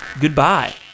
Goodbye